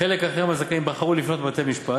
חלק אחר מהזכאים בחרו לפנות לבתי-משפט,